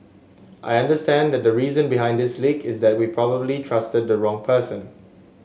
I understand that the reason behind this leak is that we probably trusted the wrong person